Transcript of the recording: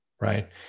Right